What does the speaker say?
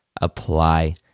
apply